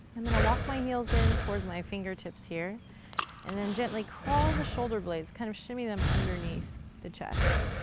i'm going to walk my heels in towards my fingertips here and then gently crawl the shoulder blades, kind of shimmy them underneath the chest.